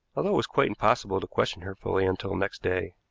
although it was quite impossible to question her fully until next day.